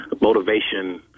Motivation